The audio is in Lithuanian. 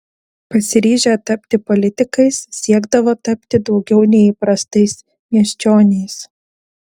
pasiryžę tapti politikais siekdavo tapti daugiau nei įprastais miesčioniais